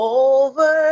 over